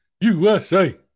USA